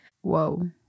Whoa